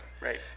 right